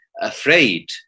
afraid